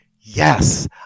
yes